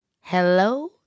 hello